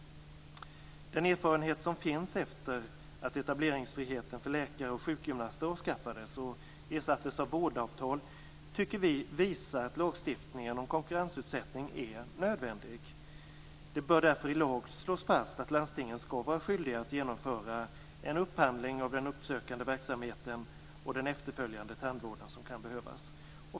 Den erfarenhet som finns efter det att etableringsfriheten för läkare och sjukgymnaster avskaffats och ersatts av vårdavtal tycker vi visar att lagstiftning om konkurrensutsättning är nödvändig. Det bör därför i lag slås fast att landstingen skall vara skyldiga att genomföra en upphandling av den uppsökande verksamheten och den efterföljande tandvård som kan behövas.